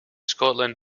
scotland